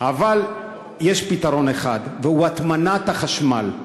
אבל יש פתרון אחד, והוא הטמנת כבלי החשמל.